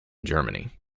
germany